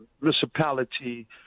municipality